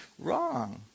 Wrong